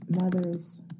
mothers